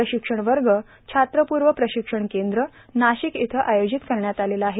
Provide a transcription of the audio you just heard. प्रशिक्षण वर्ग छात्रप्र्व प्रशिक्षण केंद्र नाशिक इथ आयोजित करण्यात आलेला आहे